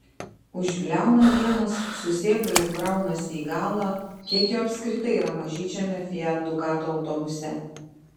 užbliauna vienas su sėbrais braunasi į galą kiek jo apskritai yra mažyčiame fiat ducato autobuse